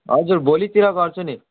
हजुर भोलितिर गर्छु नि